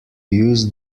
use